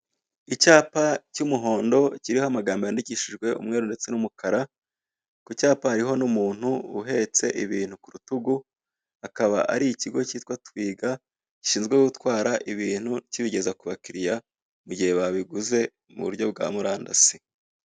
Icyapa cy'umuhondo kiriho amagambo yandikishijwe umweru ndetse n'umukara, ku cyapa hariho n'umuntu uhetse ibintu kurutugu, akaba ari ikigo kitwa Twiga gishinzwe gutwara ibintu kibigeza kubakiliya mugihe babiguze muburyo bwa murandasi.